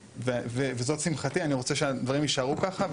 וזאת שמחתי אני רוצה שהדברים יישארו ככה,